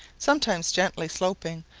sometimes gently sloping,